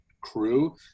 crew